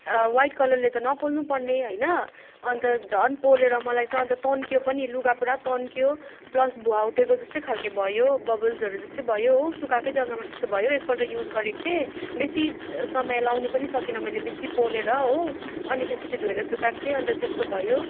white कलरले त नपोल्नु पर्ने होइन अन्त झन् पोलेर मलाई त अन्त तन्कियो पनि लुगा पुरा तन्कियो प्लस भुवा उठेको जस्तै खाले भयो बबल्सहरू जस्तै भयो हो सुकाएको जगामा त्यस्तो भयो एक पल्ट युज गरेको थिएँ बेसी समय लगाउनु पनि सकिनँ मैले बेसी पोलेर हो अनि त्यस पछि धोएर सुकाएको थिएँ अन्त त्यस्तो भयो